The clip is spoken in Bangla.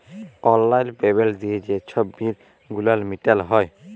অললাইল পেমেল্ট দিঁয়ে যে ছব বিল গুলান মিটাল হ্যয়